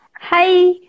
hi